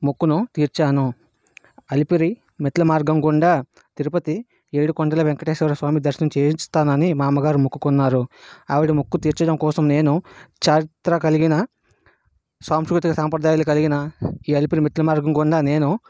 మొక్కును తీర్చాను అలిపిరి మెట్ల మార్గం గుండా తిరుపతి ఏడుకొండల వేంకటేశ్వరస్వామి దర్శనం చేయించుతానని మా అమ్మగారు మొక్కుకున్నారు ఆవిడ మొక్కు తీర్చడం కోసం నేను చారిత్ర కలిగిన సాంస్కృతీ సంప్రదాయాలు కలిగిన ఈ అలిపిరి మెట్ల మార్గం గుండా నేను